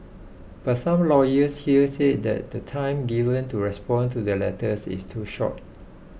but some lawyers here say that the time given to respond to the letters is too short